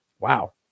wow